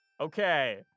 Okay